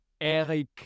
Eric